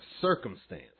circumstance